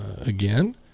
again